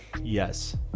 Yes